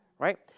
right